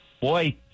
Boy